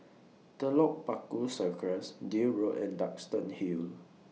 Telok Paku Circus Deal Road and Duxton Hill